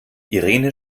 irene